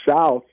South